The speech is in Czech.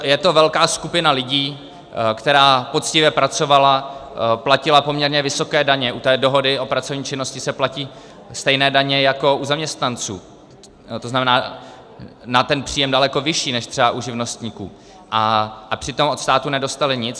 Je to velká skupina lidí, která poctivě pracovala, platila poměrně vysoké daně, u té dohody o pracovní činnosti se platí stejné daně jako u zaměstnanců, to znamená na ten příjem daleko vyšší než třeba u živnostníků, a přitom od státu nedostali nic.